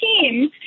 team